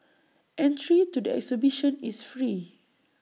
entry to the exhibition is free